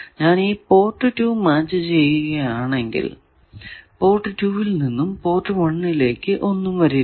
ഞാൻ ഈ port 2 match ചെയ്യുകയാണെങ്കിൽ പോർട്ട് 2 ൽ നിന്നും പോർട്ട് 1 ലേക്ക് ഒന്നും വരില്ല